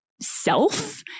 self